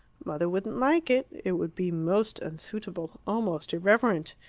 mother wouldn't like it. it would be most unsuitable almost irreverent.